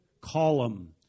column